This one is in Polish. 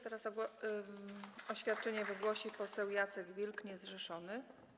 Teraz oświadczenie wygłosi poseł Jacek Wilk, niezrzeszony.